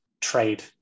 trade